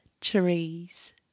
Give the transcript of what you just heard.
trees